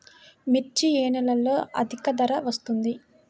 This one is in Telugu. మిర్చి ఏ నెలలో అధిక ధర వస్తుంది?